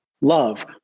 Love